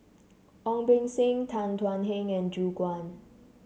Ong Beng Seng Tan Thuan Heng and Gu Juan